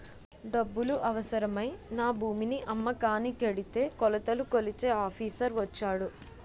డబ్బులు అవసరమై నా భూమిని అమ్మకానికి ఎడితే కొలతలు కొలిచే ఆఫీసర్ వచ్చాడు